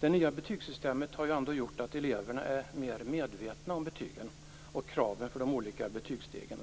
Det nya betygssystemet har gjort att eleverna är mer medvetna om betygen och kraven för de olika betygsstegen.